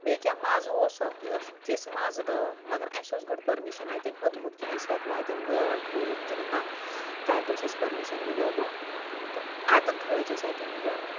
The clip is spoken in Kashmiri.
بیٚیہِ کیٛاہ مَزٕ اوس اَتھ یہِ ٲس تِژھ مَزٕ دار مَگر اَسہِ اوس گۄڈٕ پٔرمِشَن اَتٮ۪ن ہیوٚتمُت کہِ أسۍ ہٮ۪کوا اَتٮ۪ن گاڈ کھٲلِتھ کِنہٕ نہَ تَتہِ اوس اَسہِ پٔرمِشَن میلیٛومُت تہٕ اَدٕ کھٲج اَسہِ اَتٮ۪ن یہِ گاڈ